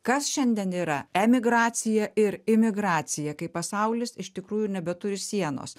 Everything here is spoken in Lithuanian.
kas šiandien yra emigracija ir imigracija kai pasaulis iš tikrųjų nebeturi sienos